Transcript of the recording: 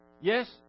Yes